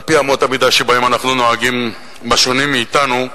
על-פי אמות המידה שבהם אנחנו נוהגים בשונה מאתנו,